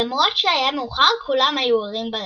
למרות שהיה מאוחר, כולם היו ערים ברחובות,